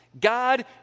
God